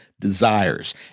desires